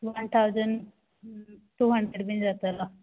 one thousand two hundred बीन जातलो